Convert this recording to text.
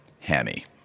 Hammy